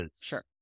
sure